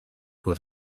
with